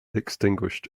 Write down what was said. extinguished